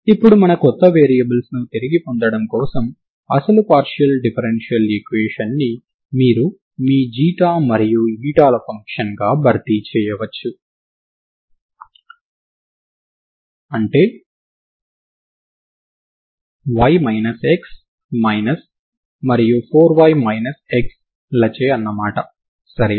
ఇప్పుడు మన కొత్త వేరియబుల్స్ని తిరిగి పొందడం కోసం అసలు పార్షియల్ డిఫరెన్షియల్ ఈక్వేషన్ ని మీరు మీ మరియు ల ఫంక్షన్గా భర్తీ చేయవచ్చు అంటే y x మరియు 4y x లచే అన్నమాట సరేనా